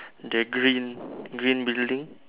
the green green building